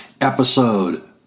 episode